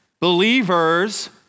believers